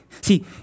See